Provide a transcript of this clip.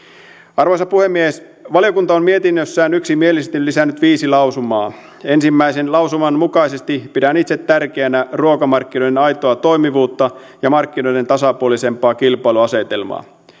arvoisa puhemies valiokunta on mietinnössään yksimielisesti lisännyt viisi lausumaa ensimmäisen lausuman mukaisesti pidän itse tärkeänä ruokamarkkinoiden aitoa toimivuutta ja markkinoiden tasapuolisempaa kilpailuasetelmaa